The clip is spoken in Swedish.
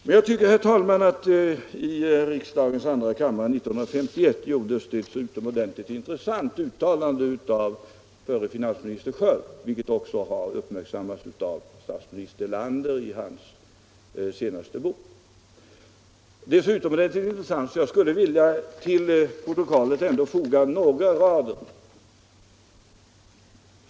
Men, herr talman, jag tycker att i riksdagens andra kammare 1950 gjordes det ett utomordentligt intressant uttalande av förre finansministern Sköld, vilket också har uppmärksammats av statsminister Erlander i hans senaste bok. Det är så utomordentligt intressant att jag till protokollet skulle vilja foga några rader.